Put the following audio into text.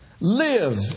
Live